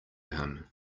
him